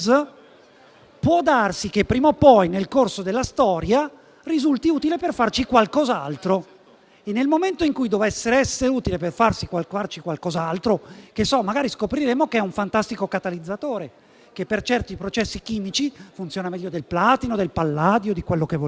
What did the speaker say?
può darsi che prima o poi nel corso della storia l'oro risulti utile per farci qualcos'altro. Nel momento in cui dovesse essere utile per farci qualcos'altro (magari scopriremo che è un fantastico catalizzatore che per certi processi chimici funziona meglio del platino o del palladio), allora in